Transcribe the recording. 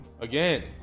Again